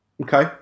Okay